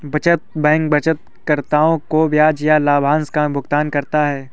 बचत बैंक बचतकर्ताओं को ब्याज या लाभांश का भुगतान करता है